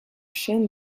chaîne